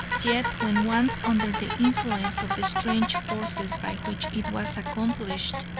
yet when once under the influence of the strange forces by which it was accomplished,